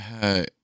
Hey